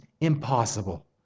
impossible